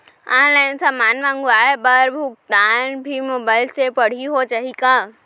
Online समान मंगवाय बर भुगतान भी मोबाइल से पड़ही हो जाही का?